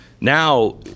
Now